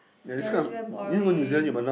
they are just very boring